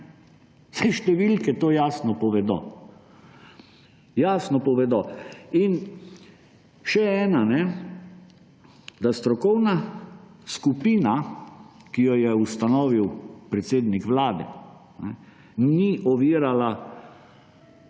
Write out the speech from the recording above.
Saj številke to jasno povedo. In da strokovna skupina, ki jo je ustanovil predsednik vlade, ni ovirala